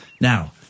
now